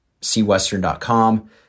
cwestern.com